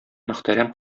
мөхтәрәм